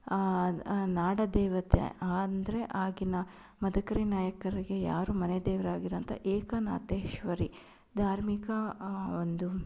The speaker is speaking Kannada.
ನಾಡದೇವತೆ ಅಂದರೆ ಆಗಿನ ಮದಕರಿ ನಾಯಕರಿಗೆ ಯಾರು ಮನೆದೇವ್ರು ಆಗಿರೋಂಥ ಏಕನಾಥೇಶ್ವರಿ ಧಾರ್ಮಿಕ ಒಂದು